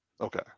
Okay